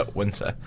winter